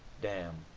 damn!